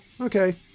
Okay